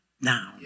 now